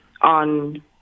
on